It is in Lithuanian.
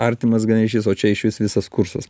artimas gan ryšys o čia išvis visas kursas